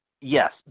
yes